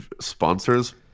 sponsors